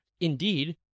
Indeed